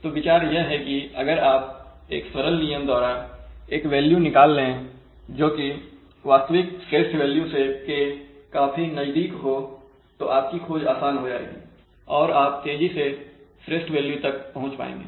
तो विचार यह है कि अगर आप एक सरल नियम द्वारा एक वैल्यू निकाल ले जोकि वास्तविक श्रेष्ठ वैल्यू के काफी नजदीक हो तो आपकी खोज आसान हो जाएगी और आप तेजी से श्रेष्ठ वैल्यू तक पहुंच पाएंगे